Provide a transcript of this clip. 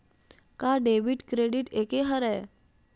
का debit credit एके हरय?